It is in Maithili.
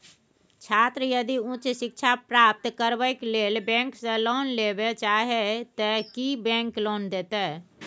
छात्र यदि उच्च शिक्षा प्राप्त करबैक लेल बैंक से लोन लेबे चाहे ते की बैंक लोन देतै?